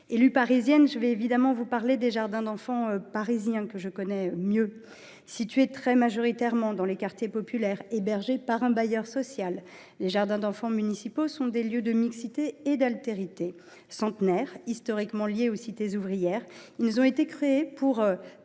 Élue parisienne, je vais évidemment vous parler des jardins d’enfants parisiens, que je connais mieux. Situés très majoritairement dans des quartiers populaires et hébergés par un bailleur social, les jardins d’enfants municipaux sont des lieux de mixité et d’altérité. Centenaires, historiquement liés aux cités ouvrières, ils ont été créés pour